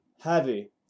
heavy